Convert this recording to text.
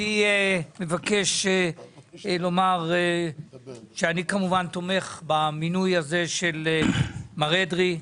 אני מבקש לומר שאני כמובן תומך במינוי הזה של מר אדרי.